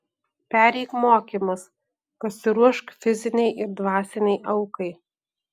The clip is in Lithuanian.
pereik mokymus pasiruošk fizinei ir dvasinei aukai